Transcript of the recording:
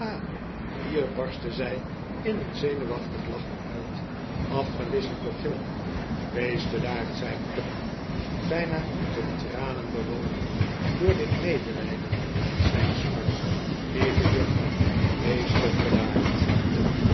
hier barstte zij in een zenuwachtig lachen uit afgewisseld door gillen wees bedaard zei tupman bijna tot tranen bewogen door dit medelijden met zijn smart lieve juffrouw wees toch bedaard